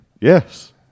Yes